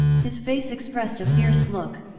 his face expressed a fierce look.